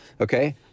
Okay